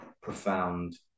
profound